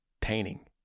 painting